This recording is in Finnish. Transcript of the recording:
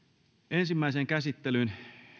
ensimmäiseen käsittelyyn